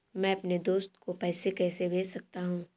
मैं अपने दोस्त को पैसे कैसे भेज सकता हूँ?